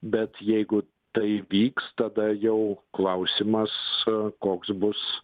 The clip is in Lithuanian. bet jeigu tai vyks tada jau klausimas koks bus